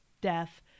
Death